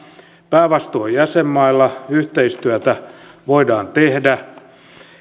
päävastuu on jäsenmailla yhteistyötä voidaan tehdä